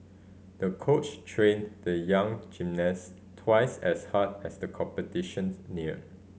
the coach trained the young gymnast twice as hard as the competition neared